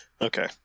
Okay